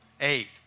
Eight